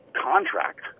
contract